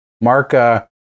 Mark